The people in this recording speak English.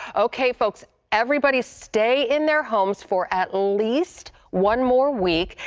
okay, folks, everybody stay in their homes for at least one more week,